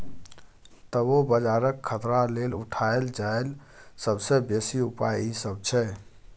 तबो बजारक खतरा लेल उठायल जाईल सबसे बेसी उपाय ई सब छै